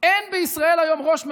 אין בישראל היום ראש ממשלה.